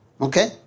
Okay